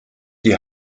die